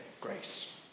grace